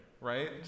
Right